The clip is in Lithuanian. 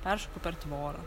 peršoku per tvorą